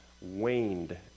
waned